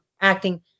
acting